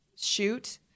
shoot